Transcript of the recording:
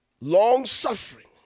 long-suffering